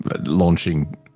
launching